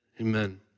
Amen